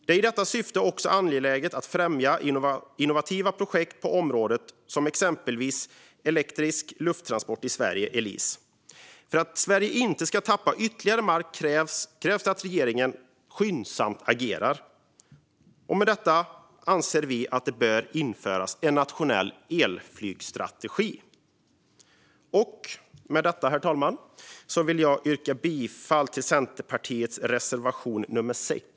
Det är i detta syfte också angeläget att främja innovativa projekt på området såsom Elektrisk Lufttransport i Sverige, Elise. För att Sverige inte ska tappa ytterligare mark krävs det att regeringen skyndsamt agerar. Därmed anser vi att man bör införa en nationell elflygsstrategi. Med detta, herr talman, vill jag yrka bifall till Centerpartiets reservation nummer 6.